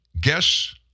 guess